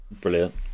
Brilliant